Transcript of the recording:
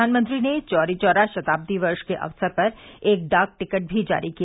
प्रधानमंत्री ने चौरी चौरा शताब्दी वर्ष के अवसर पर एक डाक टिकट भी जारी किया